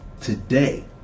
today